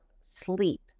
sleep